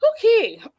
Okay